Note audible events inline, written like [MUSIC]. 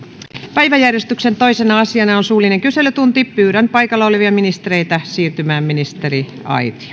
päiväjärjestyksen toisena asiana on suullinen kyselytunti pyydän paikalla olevia ministereitä siirtymään ministeriaitioon [UNINTELLIGIBLE]